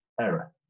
error